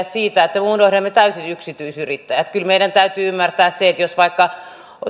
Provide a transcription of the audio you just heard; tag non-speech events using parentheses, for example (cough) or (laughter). (unintelligible) siitä että me unohdamme täysin yksityisyrittäjät kyllä meidän täytyy ymmärtää se että jos vaikka